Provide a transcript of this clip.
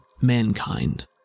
mankind